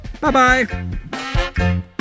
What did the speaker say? Bye-bye